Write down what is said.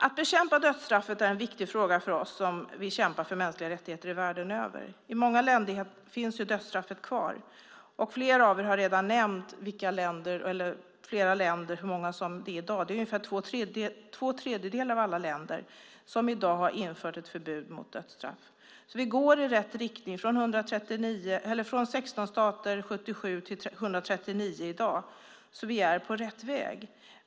Att bekämpa dödsstraffet är en viktig fråga för oss som vill kämpa för mänskliga rättigheter världen över. I många länder finns dödsstraffet kvar. Flera av er har redan nämnt ett stort antal länder. Det är ungefär två tredjedelar av alla länder som i dag har infört ett förbud mot dödsstraff. Vi går i rätt riktning, från 16 stater 1977 till 139 i dag. Vi är på rätt väg.